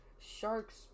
Sharks